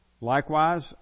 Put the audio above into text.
Likewise